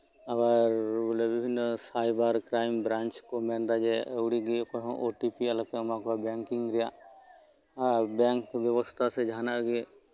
ᱟᱵᱟᱨ ᱵᱤᱵᱷᱤᱱᱱᱚ ᱨᱚᱠᱚᱢ ᱥᱟᱭᱵᱟᱨ ᱠᱨᱟᱭᱤᱢ ᱵᱨᱟᱧᱪ ᱠᱚ ᱢᱮᱱ ᱫᱟ ᱟᱹᱣᱲᱤ ᱜᱮ ᱚᱠᱚᱭ ᱦᱚᱸ ᱳᱴᱤᱯᱤ ᱟᱞᱚ ᱯᱮ ᱮᱢᱟ ᱠᱚᱣᱟ ᱡᱮ ᱟᱨ ᱵᱮᱝᱠ ᱵᱮᱵᱚᱥᱛᱷᱟ ᱥᱮ ᱡᱟᱸᱦᱟᱱᱟᱜ ᱜᱮ